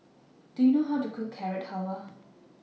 Do YOU know How to Cook Carrot Halwa